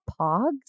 pogs